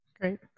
Great